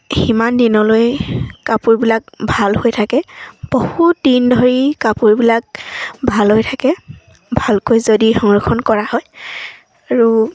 সিমান দিনলৈ কাপোৰবিলাক ভাল হৈ থাকে বহুত দিন ধৰি কাপোৰবিলাক ভাল হৈ থাকে ভালকৈ যদি সংৰক্ষণ কৰা হয় আৰু